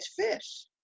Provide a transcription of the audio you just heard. fish